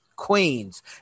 queens